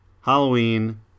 Halloween